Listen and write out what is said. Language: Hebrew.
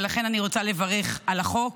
ולכן אני רוצה לברך על החוק,